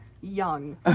young